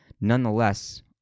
nonetheless